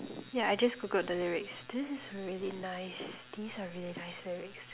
yeah I just googled the lyrics this is really nice these are really nice lyrics